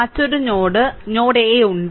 മറ്റൊരു node node A ഉണ്ട്